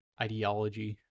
ideology